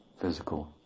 physical